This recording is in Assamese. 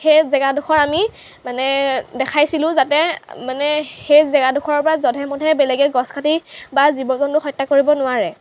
সেই জেগাডোখৰ আমি মানে দেখাইছিলোঁ যাতে মানে সেই জেগাডোখৰৰ পৰা জধে মধে বেলেগে গছ কাটি বা জীৱ জন্তু হত্যা কৰিব নোৱাৰে